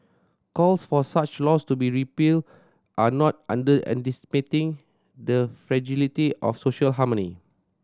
calls for such laws to be repealed are not underestimating the fragility of social harmony